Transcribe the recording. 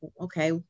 okay